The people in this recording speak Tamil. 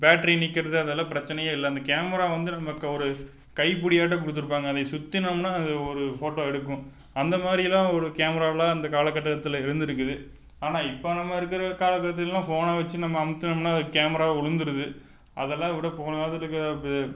பேட்ரி நிற்கிறது அதெல்லாம் பிரச்சினையே இல்லை அந்த கேமரா வந்து நமக்கு ஒரு கைப்பிடியாட்டம் கொடுத்துருப்பாங்க அதை சுற்றினோம்னா அது ஒரு ஃபோட்டோ எடுக்கும் அந்த மாதிரி எல்லாம் ஒரு கேமராவில் அந்த கால கட்டத்தில் இருந்திருக்குது ஆனால் இப்போது நம்ம இருக்கிற கால கட்டத்துலெலாம் ஃபோனை வைச்சு நம்ம அமுத்துனோம்னால் அது கேமரா விழுந்துருது அதெல்லாம் விட போனா காலத்தில் இருக்கிற